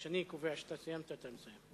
כשאני קובע שאתה סיימת, אתה מסיים.